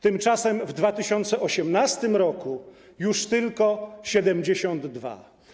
Tymczasem w 2018 r. wydał już tylko 72.